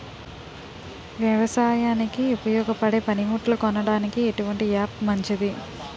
వ్యవసాయానికి ఉపయోగపడే పనిముట్లు కొనడానికి ఎటువంటి యాప్ మంచిది?